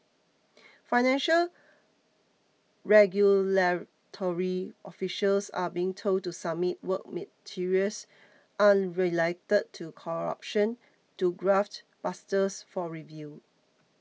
financial regulatory officials are being told to submit work materials unrelated to corruption to graft busters for review